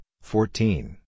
fourteen